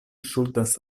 ŝuldas